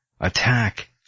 attack